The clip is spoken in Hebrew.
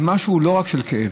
זה לא רק משהו של כאב,